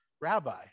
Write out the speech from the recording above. Rabbi